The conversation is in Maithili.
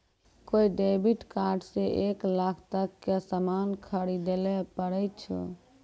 कोय डेबिट कार्ड से एक लाख तक के सामान खरीदैल पारै छो